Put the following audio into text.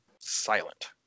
silent